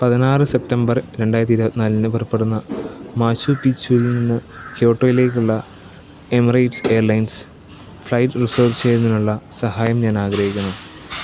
പതിനാറ് സെപ്റ്റംബർ രണ്ടായിരത്തി ഇരുപത് നാലിന് പുറപ്പെടുന്ന മാച്ചു പിച്ചുവിൽ നിന്ന് ക്യോട്ടോയിലേക്കുള്ള എമിറേറ്റ്സ് എയർലൈൻസ് ഫ്ലൈറ്റ് റിസർവ് ചെയ്യുന്നതിനുള്ള സഹായം ഞാൻ ആഗ്രഹിക്കുന്നു